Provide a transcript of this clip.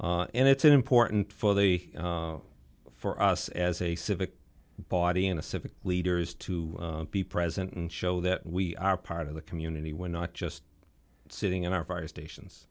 and it's important for the for us as a civic body and a civic leaders to be present and show that we are part of the community we're not just sitting in our fire stations